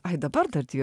ai dabar dar dir